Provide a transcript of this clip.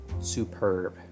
superb